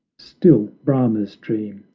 still brahma's dream,